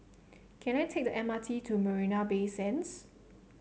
can I take the M R T to Marina Bay Sands